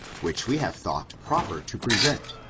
which we have thought proper to present,